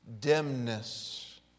dimness